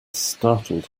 startled